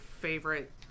favorite